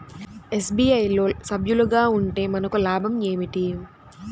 FPO లో సభ్యులుగా ఉంటే మనకు లాభం ఏమిటి?